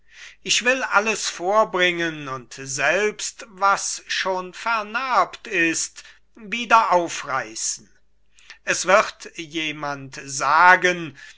ich will alles vorbringen und selbst was schon vernarbt ist wieder aufreißen es wird je mand sagen